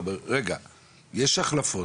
יש החלפות,